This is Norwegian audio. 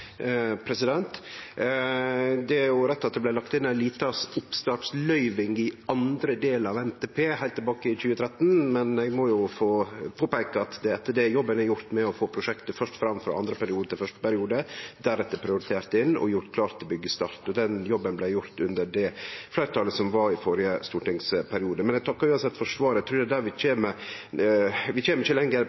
Det er rett at det blei lagt inn ei lita oppstartsløyving i andre del av NTP heilt tilbake i 2013, men eg må få påpeike at det er etter det jobben er gjort med først å få prosjektet fram frå andre periode til første periode, og deretter prioritert inn og gjort klart til byggjestart. Den jobben blei gjort under det fleirtalet som var i den førre stortingsperioden. Eg takkar uansett for svaret, og eg trur at vi ikkje kjem lenger per no. Eg oppfattar at det